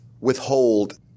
withhold